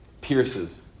pierces